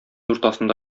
уртасында